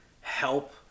help